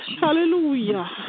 Hallelujah